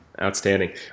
Outstanding